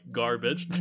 garbage